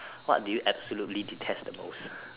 what do you absolutely detest the most